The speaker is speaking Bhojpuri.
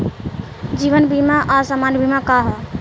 जीवन बीमा आ सामान्य बीमा का ह?